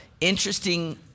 interesting